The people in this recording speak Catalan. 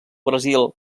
brasil